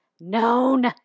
known